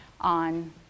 on